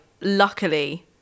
luckily